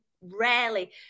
rarely